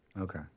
Okay